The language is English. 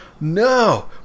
No